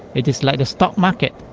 it is like the stock market,